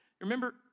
Remember